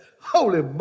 holy